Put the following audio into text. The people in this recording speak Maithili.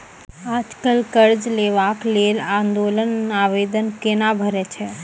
आज कल कर्ज लेवाक लेल ऑनलाइन आवेदन कूना भरै छै?